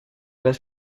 las